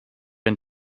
and